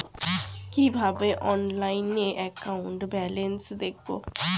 কিভাবে অনলাইনে account balance দেখবো?